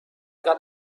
got